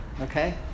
okay